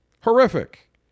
Horrific